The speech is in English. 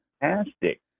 fantastic